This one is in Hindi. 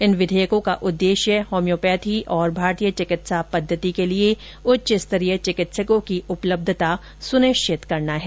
इन विधेयकों का उद्देश्य होम्योपैथी और भारतीय चिकित्सा पद्धति के लिए उच्चस्तरीय चिकित्सकों की उपलब्धता सुनिश्चित करना है